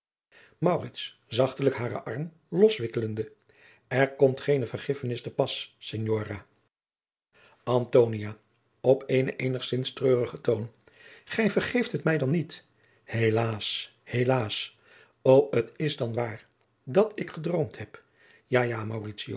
zachtelijk haren arm loswikkelende er komt geene vergiffenis te pas signora antonia op eenen eenigzins treurigen toon gij vergeeft het mij dan niet helaas helaas o het is dan waar dat ik gedroomd heb ja ja